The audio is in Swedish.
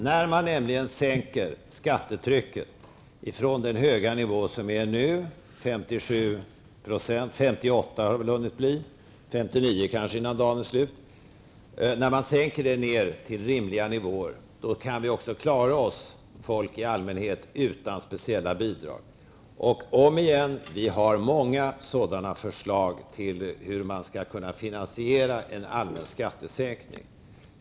När man nämligen sänker skattetrycket från den höga nivå där det är nu, 57 %-- 58 har det väl hunnit bli, 59 kanske innan dagen är slut -- ner till rimliga nivåer, kan vi också klara oss, folk i allmänhet, utan speciella bidrag. Om igen: Vi har många förslag till hur man skall kunna finansiera en allmän skattesänkning.